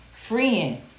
freeing